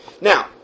Now